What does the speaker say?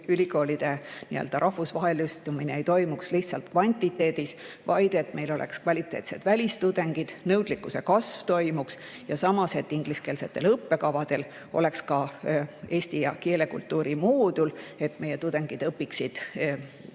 ülikoolide rahvusvahelistumine ei toimuks lihtsalt kvantiteedis, vaid et meil oleksid kvaliteetsed välistudengid, toimuks nõudlikkuse kasv ja samas, et ingliskeelsetel õppekavadel oleks ka eesti keele ja kultuuri moodul, et meie tudengid õpiksid